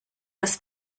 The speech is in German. das